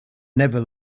never